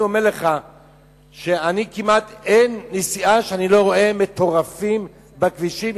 אני אומר לך שכמעט אין נסיעה שאני לא רואה מטורפים על הכבישים.